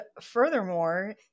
furthermore